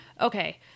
Okay